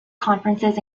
conferences